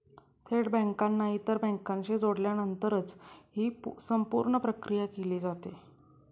थेट बँकांना इतर बँकांशी जोडल्यानंतरच ही संपूर्ण प्रक्रिया केली जाते